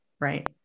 right